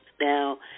Now